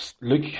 look